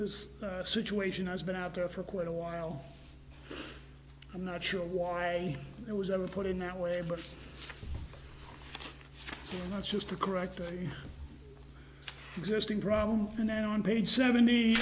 this situation has been out there for quite a while i'm not sure why it was ever put in that way but that's just to correct the existing problem and then on page seventy